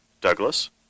Douglas